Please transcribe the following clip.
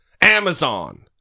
Amazon